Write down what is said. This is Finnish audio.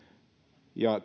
ja